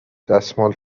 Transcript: دستمال